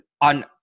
on